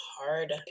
hard